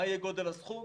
מה יהיה גודל הסכום?